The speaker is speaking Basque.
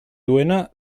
duena